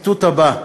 הציטוט הבא: